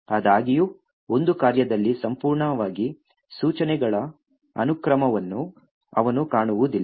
ಆದಾಗ್ಯೂ ಒಂದು ಕಾರ್ಯದಲ್ಲಿ ಸಂಪೂರ್ಣವಾಗಿ ಸೂಚನೆಗಳ ಅನುಕ್ರಮವನ್ನು ಅವನು ಕಾಣುವುದಿಲ್ಲ